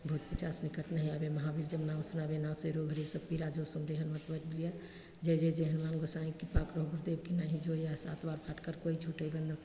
भूत पिशाच निकट नहीं आवे महाबीर जब नाम सुनावे नासे रोग हरे सब पीरा जपत निरन्तर हनुमत बीरा जय जय जय हनुमान गोसाईं कृपा करो गुरुदेव की नाईं जो सत बार पाठ कर कोई छूटई बन्दि